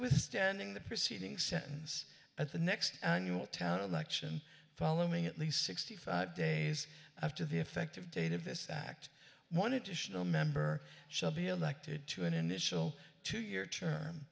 withstanding the preceding sentence at the next annual town election following at least sixty five days after the effective date of this act one edition a member shall be elected to an initial two year term